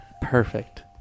perfect